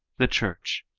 the church.